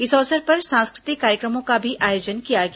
इस अवसर पर सांस्कृतिक कार्यक्रमों का भी आयोजन किया गया